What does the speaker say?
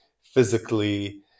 physically